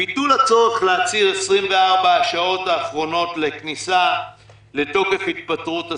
ביטול הצורך להצהיר ב-24 השעות האחרונות לכניסה לתוקף של התפטרות השר,